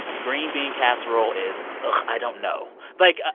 green bean casserole is, i don't know. like,